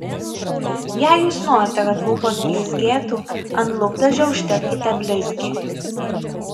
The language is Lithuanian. jei jūs norite kad lūpos blizgėtų ant lūpdažio užtepkite blizgį